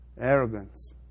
arrogance